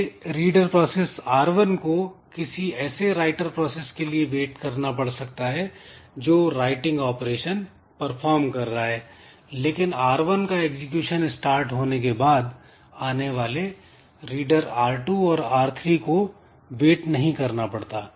पहले reader process R1 को किसी ऐसे राइटर प्रोसेस के लिए वेट करना पड़ सकता है जो राइटिंग ऑपरेशन परफॉर्म कर रहा है लेकिन R1 का एग्जीक्यूशन स्टार्ट होने के बाद आने वाले रीडर r2 और r3 को वेट नहीं करना पड़ता